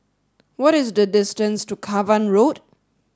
what is the distance to Cavan Road